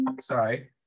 sorry